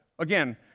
Again